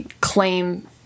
Claim